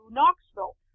Knoxville